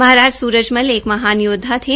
महाराज सूरजमल एक महान योदवा थे